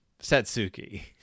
satsuki